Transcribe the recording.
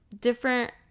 different